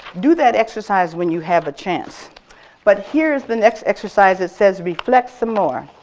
do that exercise when you have a chance but here's the next exercise it says reflect some more.